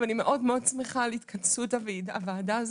אני מאוד שמחה על התכנסות הוועדה,